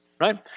Right